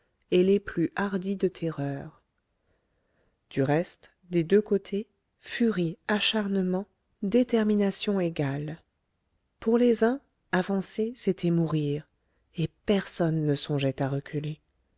et les plus hardis de terreur du reste des deux côtés furie acharnement détermination égale pour les uns avancer c'était mourir et personne ne songeait à reculer